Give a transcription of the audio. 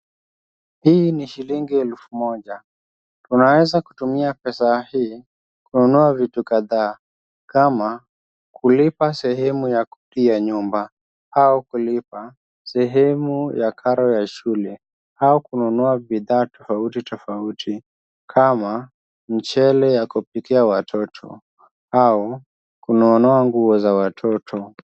Hii ni shillingi elfu moja, unaweza kutumia pesa hii kununua vitu kadhaa kama kulipa sehemu ya kodi ya nyumba au kulipa sehemu ya karo ya shule au kununua bidhaa tofauti tofauti kama mchele ya kupikia watoto au kununua nguo za watoto.